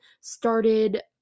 started